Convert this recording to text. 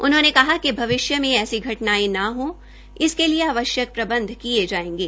उन्होंने कहा कि भविष्य में ऐसी घटनायें न हो इसके लिए आवश्यक प्रबंध किये जायेंगे